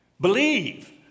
Believe